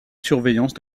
surveillance